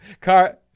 Car